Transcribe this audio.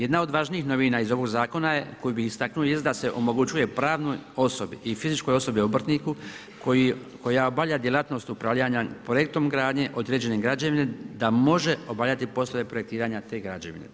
Jedna od važnijih novina iz ovoga zakona koji bi istaknuo jest da se omogućuje pravnoj osobi i fizičkoj osobi obrtniku koji obavlja djelatnost upravljanja projektom gradnje određene građevine da može obavljate poslove projektiranja te građevine.